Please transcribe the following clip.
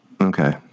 Okay